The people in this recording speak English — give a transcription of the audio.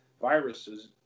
viruses